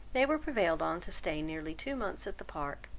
they were prevailed on to stay nearly two months at the park,